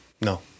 No